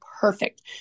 perfect